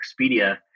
Expedia